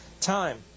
Time